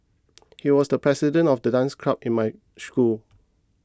he was the president of the dance club in my school